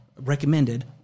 recommended